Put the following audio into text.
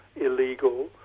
illegal